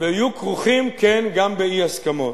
ויהיו כרוכים, כן, גם באי-הסכמות.